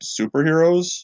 superheroes